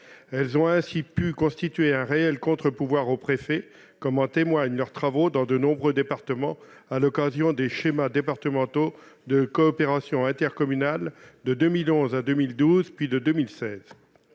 Elles ont ainsi pu constituer un réel contre-pouvoir au préfet, comme en témoignent leurs travaux dans de nombreux départements à l'occasion de l'élaboration des schémas départementaux de coopération intercommunale de 2011 à 2012, puis en 2016.